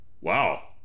Wow